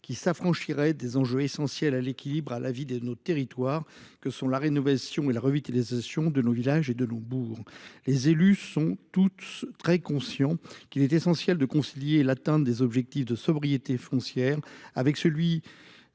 qui s'affranchirait des enjeux essentiels à l'équilibre et à la vie de nos territoires, que sont la rénovation et la revitalisation de nos villages et de nos bourgs. Les élus sont tous conscients qu'il est essentiel de concilier l'atteinte des objectifs de sobriété foncière avec celui